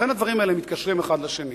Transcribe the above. לכן הדברים האלה מתקשרים אחד לשני.